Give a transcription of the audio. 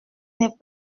n’est